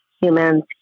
humans